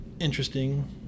interesting